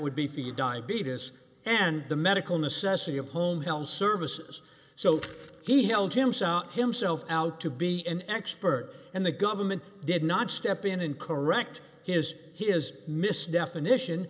would be for you diabetes and the medical necessity of home health services so he held himself himself out to be an expert and the government did not step in and correct his has missed definition